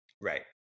Right